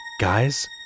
Guys